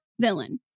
villain